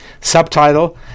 subtitle